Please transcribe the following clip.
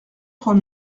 trois